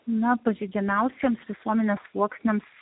na pažeidžiamiausiems visuomenės sluoksniams